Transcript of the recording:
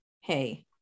hey